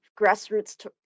grassroots